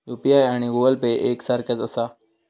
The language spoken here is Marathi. यू.पी.आय आणि गूगल पे एक सारख्याच आसा?